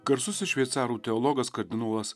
garsusis šveicarų teologas kardinolas